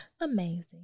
Amazing